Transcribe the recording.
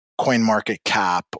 CoinMarketCap